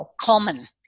common